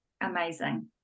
amazing